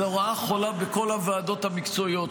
זו רעה חולה בכל הוועדות המקצועיות,